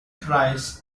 prize